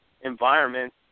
environment